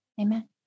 Amen